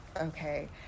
Okay